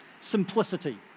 simplicity